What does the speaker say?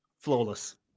Flawless